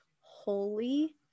holy